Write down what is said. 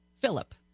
Philip